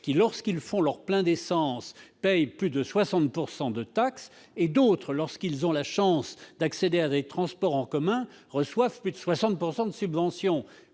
lorsqu'ils font leur plein d'essence, paient plus de 60 % de taxes, quand d'autres, lorsqu'ils ont la chance d'accéder à des transports en commun, reçoivent plus de 60 % de subventions.